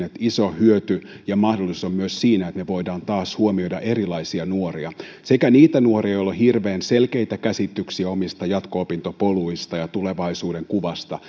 että iso hyöty ja mahdollisuus on myös siinä että me voimme taas huomioida erilaisia nuoria sekä niitä nuoria joilla on hirveän selkeitä käsityksiä omista jatko opintopoluista ja tulevaisuudenkuvasta